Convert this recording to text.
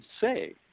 say